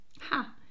ha